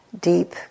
deep